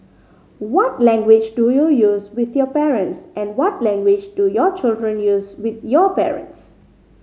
what language do you use with your parents and what language do your children use with your parents